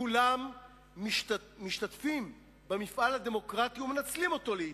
כולם משתתפים במפעל הדמוקרטי, ומנצלים אותו לעתים.